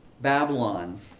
Babylon